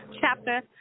Chapter